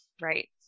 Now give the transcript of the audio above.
Right